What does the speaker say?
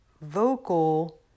vocal